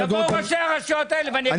יבואו ראשי הרשויות האלה ואני אגיד להם --- אני